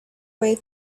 way